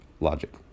logic